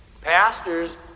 Pastors